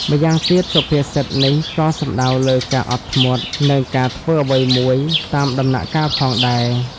ម្យ៉ាងទៀត សុភាសិតនេះក៏សំដៅលើការអត់ធ្មត់ និងការធ្វើអ្វីមួយតាមដំណាក់កាលផងដែរ។